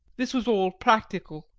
this was all practical,